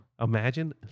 Imagine